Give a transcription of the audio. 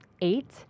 eight